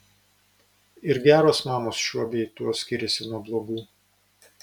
ir geros mamos šiuo bei tuo skiriasi nuo blogų